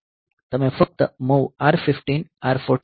તમે ફક્ત MOV R 15 R 14 કહી શકો છો